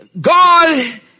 God